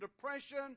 depression